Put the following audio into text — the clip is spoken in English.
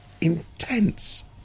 intense